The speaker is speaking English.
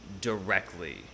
directly